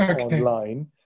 online